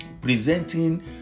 presenting